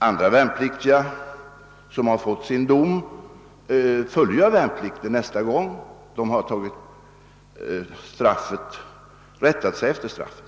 Andra värnpliktiga som har fått sin dom har rättat sig efter straffet och fullgör värnplikten nästa gång.